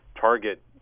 target